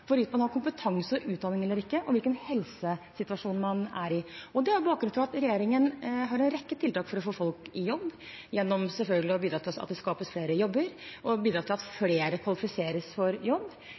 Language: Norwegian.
i. Det er bakgrunnen for at regjeringen har en rekke tiltak for å få folk i jobb – selvfølgelig gjennom å bidra til at det skapes flere jobber, og til at